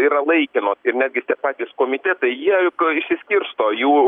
yra laikinos ir netgi tie patys komitetai jie išsiskirsto jų